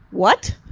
what?